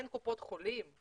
אין קופות חולים?